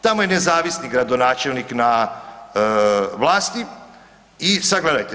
Tamo je nezavisni gradonačelnik na vlasti i sad gledajte.